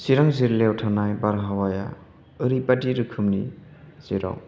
सिरां जिल्लायाव थानाय बारहावाया ओरैबादि रोखोमनि जेराव